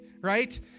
right